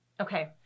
Okay